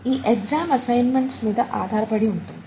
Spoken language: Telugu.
ఈ ఎగ్జామ్ అసైన్మెంట్స్ మీద ఆధారపడి ఉంటుంది